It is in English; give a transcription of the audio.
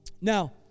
Now